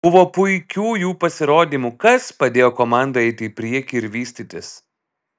buvo puikių jų pasirodymų kas padėjo komandai eiti į priekį ir vystytis